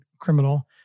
criminal